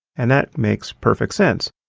and that makes perfect sense,